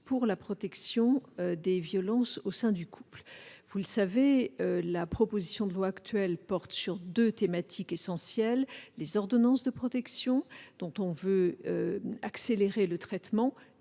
de la protection contre les violences au sein du couple. Vous le savez, cette proposition de loi porte sur deux thématiques essentielles : les ordonnances de protection, dont nous voulons accélérer le traitement,